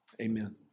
amen